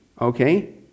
okay